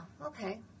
okay